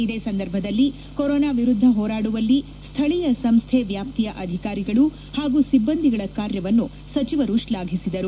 ಇದೇ ಸಂದರ್ಭದಲ್ಲಿ ಕೊರೋನಾ ವಿರುದ್ಧ ಹೋರಾಡುವಲ್ಲಿ ಸ್ಕಳೀಯ ಸಂಸ್ಥೆ ವ್ಯಾಪ್ತಿಯ ಅಧಿಕಾರಿಗಳು ಹಾಗೂ ಸಿಬ್ಬಂದಿಗಳ ಕಾರ್ಯವನ್ನು ಸಚಿವರು ಶ್ಲಾಘಿಸಿದರು